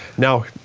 now